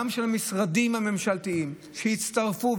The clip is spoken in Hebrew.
גם של המשרדים הממשלתיים שהצטרפו,